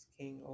king